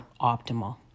optimal